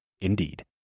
Indeed